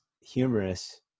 humorous